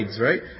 right